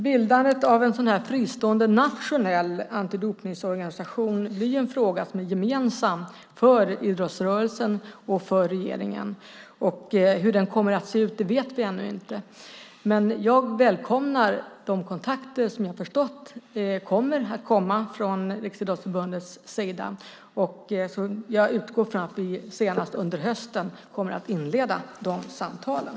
Bildandet av en fristående nationell antidopningsorganisation är en fråga som är gemensam för idrottsrörelsen och regeringen. Hur den kommer att se ut vet vi ännu inte, men jag välkomnar de kontakter som jag har förstått kommer att tas från Riksidrottsförbundets sida. Jag utgår från att vi senast under hösten kommer att inleda de samtalen.